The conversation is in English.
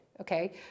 okay